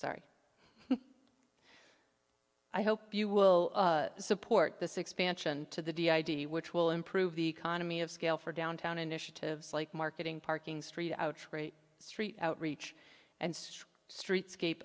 sorry i hope you will support this expansion to the d id which will improve the economy of scale for downtown initiatives like marketing parking street outrage street outreach and streetscape